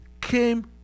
came